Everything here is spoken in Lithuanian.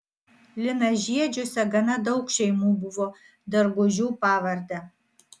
linažiedžiuose gana daug šeimų buvo dargužių pavarde